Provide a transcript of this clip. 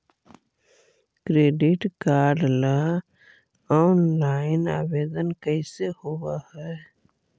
Credit card ल online आवेदन कैसे होब है?